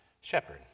shepherd